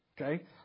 okay